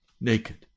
naked